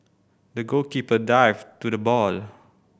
the goalkeeper dived to the ball